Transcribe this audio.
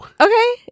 Okay